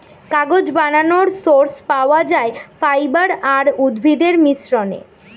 কাগজ বানানোর সোর্স পাওয়া যায় ফাইবার আর উদ্ভিদের মিশ্রণে